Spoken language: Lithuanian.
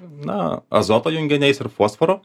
na azoto junginiais ir fosforu